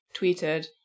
tweeted